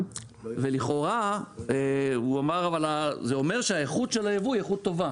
והוא אמר שזה אומר שהאיכות של הייבוא היא איכות טובה.